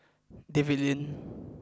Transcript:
David Lim